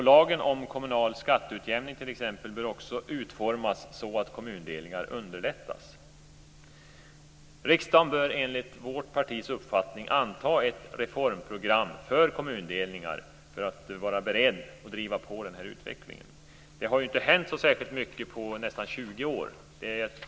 Lagen om kommunal skatteutjämning t.ex. bör också utformas så att kommundelningar underlättas. Riksdagen bör enligt vårt partis uppfattning anta ett reformprogram för kommundelningar för att vara beredd att driva på utvecklingen. Det har inte hänt så särskilt mycket på nästan 20 år.